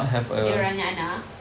dia orang punya anak